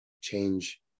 change